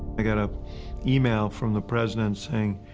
i got a email from the president saying,